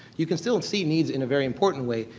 you can still see needs in a very important way.